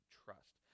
trust